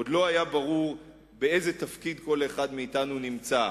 עוד לא היה ברור באיזה תפקיד כל אחד מאתנו נמצא.